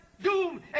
doom